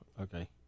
Okay